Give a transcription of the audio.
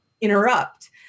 interrupt